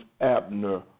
Abner